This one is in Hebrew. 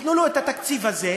תיתנו לו את התקציב הזה,